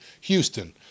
Houston